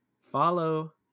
Follow